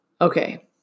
Okay